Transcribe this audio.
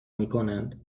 میکنند